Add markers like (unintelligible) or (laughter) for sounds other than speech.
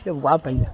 (unintelligible)